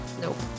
Nope